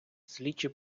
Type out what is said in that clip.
слідчі